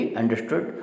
understood